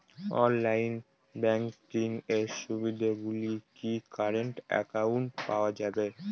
Online banking এর সুবিধে গুলি কি কারেন্ট অ্যাকাউন্টে পাওয়া যাবে?